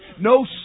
No